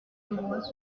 leroy